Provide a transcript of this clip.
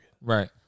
Right